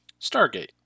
Stargate